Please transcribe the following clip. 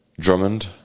Drummond